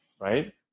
right